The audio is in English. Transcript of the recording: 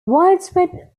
widespread